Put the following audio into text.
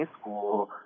school